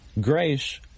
grace